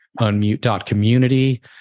unmute.community